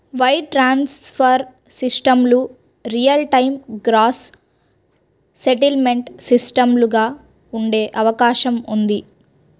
wire transfer సిస్టమ్లు real time gross settlement సిస్టమ్లుగా ఉండే అవకాశం ఉంది